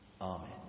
Amen